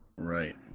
Right